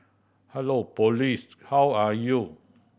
hello police how are you